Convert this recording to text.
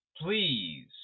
Please